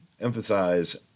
emphasize